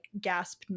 gasp